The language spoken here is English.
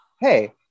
hey